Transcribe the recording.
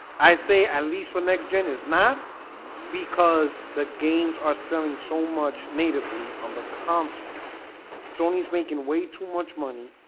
i say at least for next gen is not because the games are selling so much natively on the console sony's making way too much money